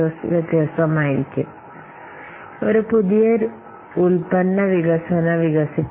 നമ്മൾ വ്യത്യാസപ്പെടുത്തേണ്ടതുണ്ട് കാരണം രണ്ട് പ്രോജക്റ്റുകൾക്കും ആവശ്യമായ റിസോഴ്സസ് പുതിയ ഉൽപ്പന്ന വികസനവും പുതുക്കലും വ്യത്യസ്തമായിരിക്കും